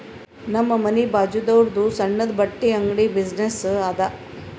ನಮ್ ಮನಿ ಬಾಜುದಾವ್ರುದ್ ಸಣ್ಣುದ ಬಟ್ಟಿ ಅಂಗಡಿ ಬಿಸಿನ್ನೆಸ್ ಅದಾ